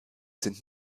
sind